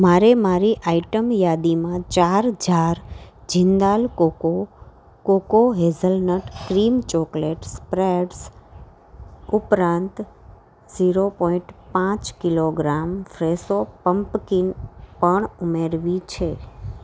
મારે મારી આઈટમ યાદીમાં ચાર jar Jindal cocoa cocoa hazelnut cream chocolate spreads ઉપરાંત ઝીરો પોઈન્ટ પાંચ કિલોગ્રામ ફ્રેશો પમ્પકિન પણ ઉમેરવી છે